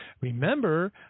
Remember